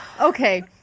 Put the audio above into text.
Okay